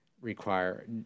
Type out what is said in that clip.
require